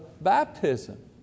baptism